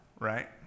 right